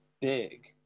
big